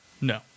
No